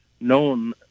known